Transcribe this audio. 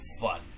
fun